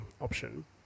option